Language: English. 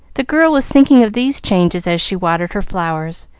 the girl was thinking of these changes as she watered her flowers,